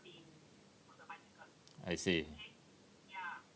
I see